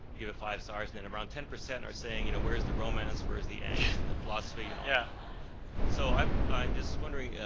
give it five stars, and then around ten percent are saying, you know where's the romance? where's the angst and and the philosophy? yeah so i'm i'm just wondering,